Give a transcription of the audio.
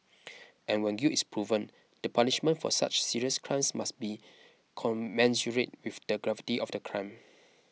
and when guilt is proven the punishment for such serious crimes must be commensurate with the gravity of the crime